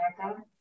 America